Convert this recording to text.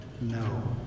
no